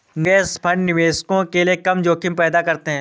निवेश फंड निवेशकों के लिए कम जोखिम पैदा करते हैं